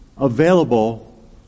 available